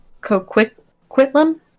Coquitlam